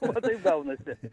va taip gaunasi